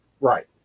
Right